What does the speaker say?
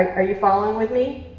are you following with me?